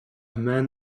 man